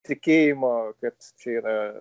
tikėjimo kad čia yra